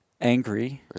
angry